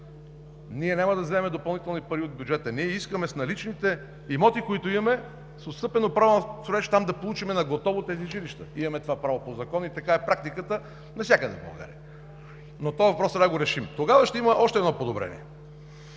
Ние няма да вземем допълнителни пари от бюджета. Ние искаме с наличните имоти, които имаме, с отстъпено право на строеж там да получим наготово тези жилища. Имаме това право по Закон и такава е практиката навсякъде в България, но този въпрос трябва да го решим и тогава ще има още едно подобрение.